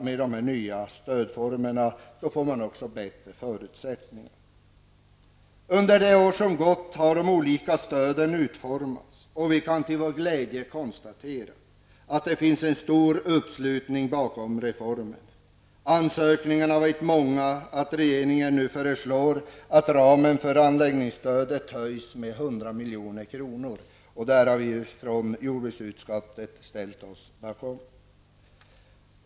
Med de nya stödformerna blir det bättre förutsättningar. Under det år som har gått har de olika stöden utformas, och vi kan till vår glädje konstatera en stor uppslutning bakom reformen. Ansökningarna har varit så många att regeringen nu föreslår att ramen för anläggningsstödet höjs med 100 milj.kr. Detta förslag har vi i jordbruksutskottet ställt oss bakom.